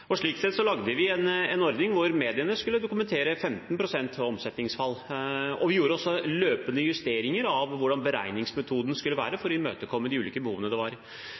Slik sett lagde vi en ordning hvor mediene skulle dokumentere 15 pst. omsetningsfall, og vi gjorde også løpende justeringer av hvordan beregningsmetoden skulle være, for å imøtekomme de ulike behovene. Men jeg vil si at det